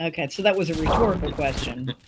okay. so that was a rhetorical question.